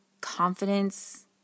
confidence